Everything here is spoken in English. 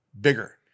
bigger